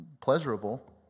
pleasurable